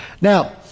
Now